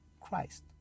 Christ